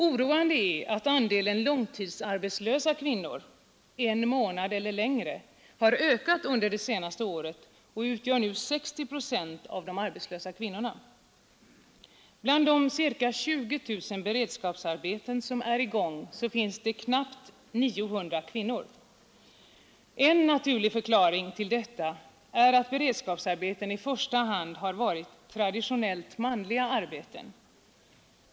Oroande är att andelen långtidsarbetslösa kvinnor — en månad eller längre — har ökat under det senaste året och nu utgör 60 procent av de arbetslösa kvinnorna. I de ca 20 000 beredskapsarbeten som är i gång sysselsätts knappt 900 kvinnor. En naturlig förklaring till detta är att beredskapsarbeten i första hand utgjorts av traditionellt manliga arbeten.